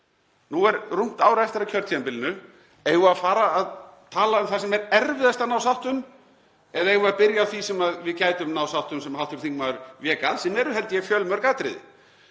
Nú er rúmt ár eftir af kjörtímabilinu. Eigum við að fara að tala um það sem er erfiðast að ná sátt um eða eigum við að byrja á því sem við gætum náð sátt um, sem hv. þingmaður vék að og eru held ég fjölmörg atriði?